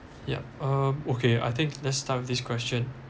yup uh okay I think let's start with this question